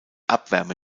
abwärme